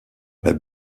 mais